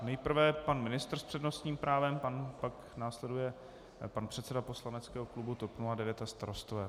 Nejprve pan ministr s přednostním právem, pak následuje pan předseda poslaneckého klubu TOP 09 a Starostové.